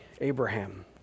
Abraham